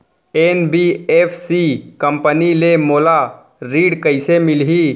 NBFC company ले मोला ऋण कइसे मिलही?